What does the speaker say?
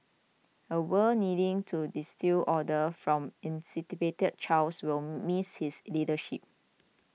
a world needing to distil order from incipient chaos will miss his leadership